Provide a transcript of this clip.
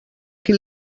qui